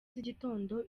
z’igitondo